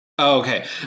Okay